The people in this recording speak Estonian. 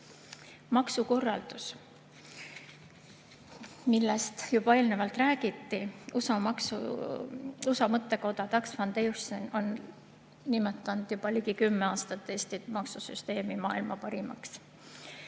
"Maksukorraldus". Sellest juba eelnevalt räägiti, et USA mõttekoda Tax Foundation on nimetanud juba ligi kümme aastat Eesti maksusüsteemi maailma parimaks.